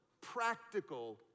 practical